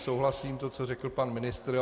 Souhlasím s tím, co řekl pan ministr.